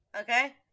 Okay